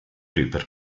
über